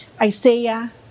Isaiah